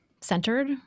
centered